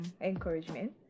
encouragement